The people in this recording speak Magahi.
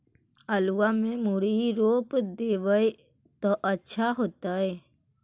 आलुआ में मुरई रोप देबई त अच्छा होतई?